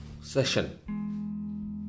session